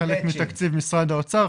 חלק מתקציב משרד האוצר,